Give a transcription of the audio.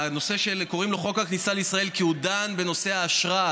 קוראים לו "חוק הכניסה לישראל" כי הוא דן בנושא האשרה,